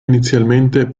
inizialmente